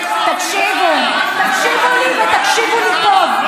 תקשיבו, תקשיבו לי ותקשיבו לי טוב.